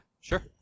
sure